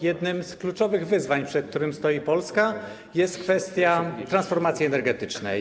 Jednym z kluczowych wyzwań, przed którymi stoi Polska, jest kwestia transformacji energetycznej.